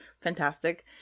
fantastic